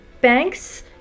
banks